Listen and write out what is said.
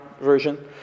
version